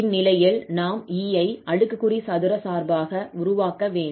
இந்நிலையில் நாம் 𝑒 ஐ அடுக்குக்குறி சதுர சார்பாக உருவாக்க வேண்டும்